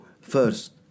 first